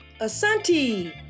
asante